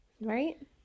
right